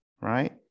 right